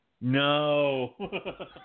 No